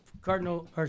Cardinal